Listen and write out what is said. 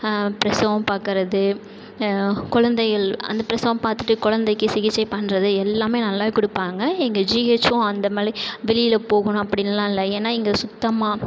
பிரசவம் பார்க்கறது குழந்தைகள் அந்த பிரசவம் பார்த்துட்டு குழந்தைக்கி சிகிச்சை பண்ணுறது எல்லாமே நல்லாவே கொடுப்பாங்க எங்கள் ஜிஹெச்சும் அந்தமாதிரி வெளியில் போகணும் அப்படின்லா இல்லை ஏன்னா இங்கே சுத்தமாக